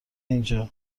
اینجا